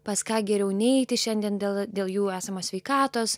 pas ką geriau neiti šiandien dėl dėl jų esamos sveikatos